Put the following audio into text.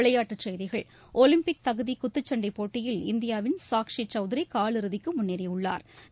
விளையாட்டுச் செய்திகள் ஒலிம்பிக் தகுதி குத்துச்சண்டை போட்டியில் இந்தியாவின் சாக்ஸி சௌத்திரி கால் இறுதிக்கு முன்னேறியுள்ளாா்